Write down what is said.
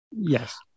Yes